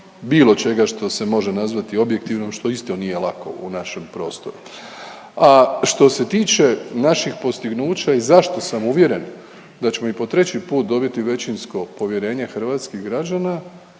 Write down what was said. bilo čega što se može nazvati objektivnim, što isto nije lako u našem prostoru. A što se tiče naših postignuća i zašto sam uvjeren da ćemo i po treći put dobiti većinsko povjerenje hrvatskih građana